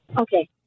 Okay